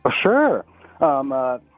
Sure